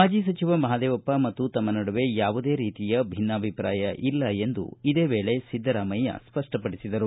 ಮಾಜಿ ಸಚಿವ ಮಹಾದೇವಪ್ಪ ಮತ್ತು ತಮ್ಮ ನಡುವೆ ಯಾವುದೇ ರೀತಿಯ ಭಿನ್ನಾಭಿಪ್ರಾಯ ಇಲ್ಲ ಎಂದು ಸಿದ್ದರಾಮಯ್ಯ ಸ್ಪಷ್ಟಪಡಿಸಿದರು